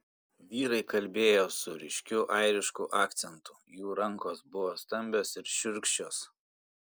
vyrai kalbėjo su ryškiu airišku akcentu jų rankos buvo stambios ir šiurkščios